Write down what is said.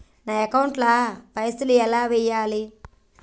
నా అకౌంట్ ల పైసల్ ఎలా వేయాలి?